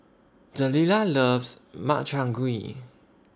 Delila loves Makchang Gui